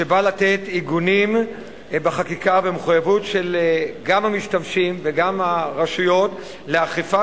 שבא לתת עיגונים בחקיקה ומחויבות גם של המשתמשים וגם של הרשויות לאכיפת